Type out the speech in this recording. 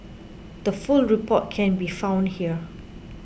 the full report can be found here